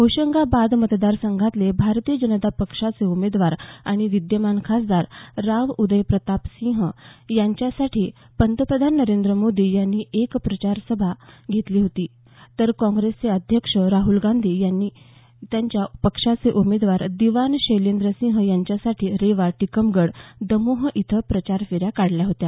होशंगाबाद मतदारसंघातले भारतीय जनता पक्षाचे उमेदवार आणि विद्यमान खासदार राव उदय प्रतापसिंग यांच्यासाठी पंतप्रधान नरेंद्र मोदी यांनी एका प्रचारसभा घेतली होती तर काँग्रेसचे अध्यक्ष राहल गांधी यांनी त्यांच्या पक्षाचे उमेदवार दिवान शैलेंद्र सिंह यांच्यासाठी रेवा टिकमगढ दमोह इथं प्रचारफेऱ्या काढल्या होत्या